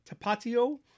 tapatio